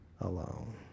alone